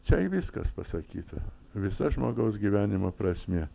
čia viskas pasakyta visa žmogaus gyvenimo prasmė